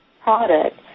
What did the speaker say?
product